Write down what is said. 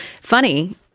Funny